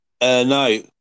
No